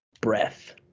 breath